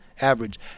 average